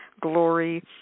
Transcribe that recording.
glory